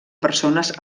persones